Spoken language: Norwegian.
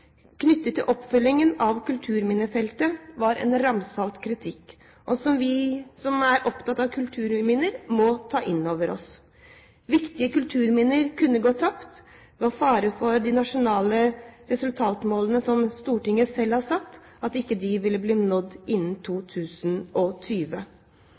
knyttet til oppfølgingen av kulturminnefeltet var en ramsalt kritikk, som vi som er opptatt av kulturminner, må ta inn over oss. Viktige kulturminner kunne gå tapt, og det var fare for at de nasjonale resultatmålene som Stortinget selv har fastsatt, ikke ville bli nådd innen